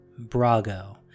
Brago